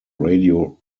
radio